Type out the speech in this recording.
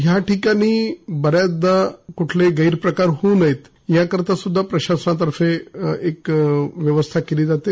या ठिकाणी बऱ्याचदा कुठलेही गैरप्रकार होऊ नयेत याकरिता सुद्धा प्रशासनातर्फे एक व्यवस्था केली जात आहे